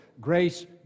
Grace